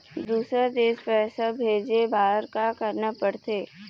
दुसर देश पैसा भेजे बार का करना पड़ते?